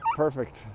perfect